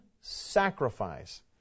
sacrifice